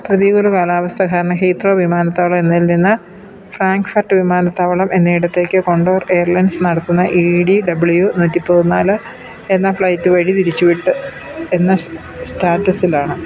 പ്രതികൂല കാലാവസ്ഥ കാരണം ഹീത്രോ വിമാനത്താവളം എന്നതിൽ നിന്ന് ഫ്രാങ്ക്ഫർട്ട് വിമാനത്താവളം എന്നയിടത്തേക്ക് കോണ്ടോർ എയർലൈൻസ് നടത്തുന്ന എ ഡി ഡബ്ലിയു നൂറ്റി പതിനാല് എന്ന ഫ്ലൈറ്റ് വഴി തിരിച്ചുവിട്ടു എന്ന സ്റ്റാറ്റസിലാണ്